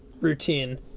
routine